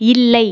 இல்லை